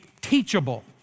teachable